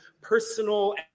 personal